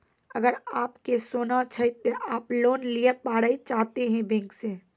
अगर आप के सोना छै ते आप लोन लिए पारे चाहते हैं बैंक से?